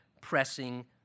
pressing